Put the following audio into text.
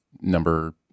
number